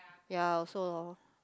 ya also lor